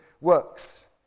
works